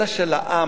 אלא של העם.